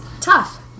tough